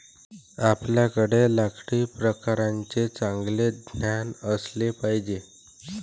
आपल्याकडे लाकडी प्रकारांचे चांगले ज्ञान असले पाहिजे